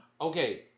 Okay